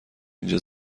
اینجا